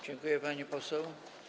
Dziękuję, pani poseł.